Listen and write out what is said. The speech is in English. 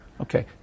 Okay